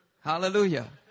Hallelujah